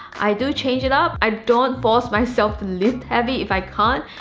i do change it up. i don't force myself to lift heavy. if i can't,